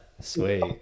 sweet